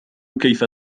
كيف